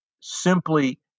simply